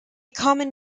common